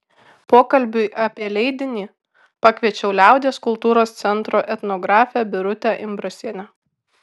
pokalbiui apie leidinį pakviečiau liaudies kultūros centro etnografę birutę imbrasienę